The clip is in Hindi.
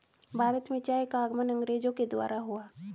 भारत में चाय का आगमन अंग्रेजो के द्वारा हुआ